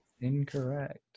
incorrect